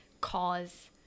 cause